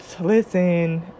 Listen